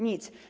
Nic.